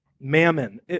Mammon